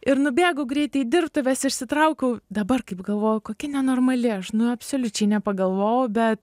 ir nubėgau greitai į dirbtuves išsitraukiau dabar kaip galvoju kokia nenormali aš absoliučiai nepagalvojau bet